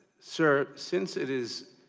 so since it is